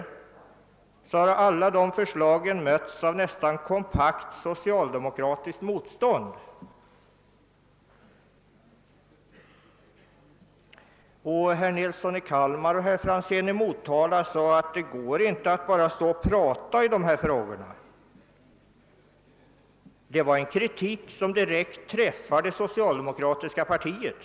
Men då har alla de förslagen mötts av ett nära nog kompakt socialdemokratiskt motstånd. Det nyttar föga att bara prata i dessa frågor, sade herr Nilsson i Kalmar och herr Franzén i Motala, men det var en kritik som direkt träffade socialdemokratiska partiet.